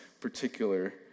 particular